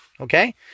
okay